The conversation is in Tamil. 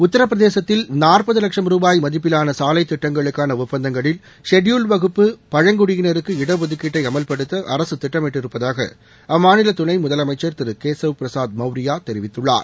உத்தரப்பிரதேசத்தில் நாற்பது லட்சம் ருபாய் மதிப்பிலான சாலை திட்டங்களுக்கான ஒப்பந்தங்களில் ஷெடியூல்டு வகுப்பு பழங்குடியினருக்கு இடஒதுக்கீட்டட அமவ்படுத்த அரசு திட்டமிட்டிருப்பதாக அம்மாநில துணை முதலமைச்சர் திரு கேசவ் பிரசாத் மவுரியா தெரிவித்துள்ளார்